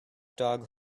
dog